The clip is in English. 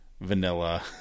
vanilla